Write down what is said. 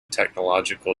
technological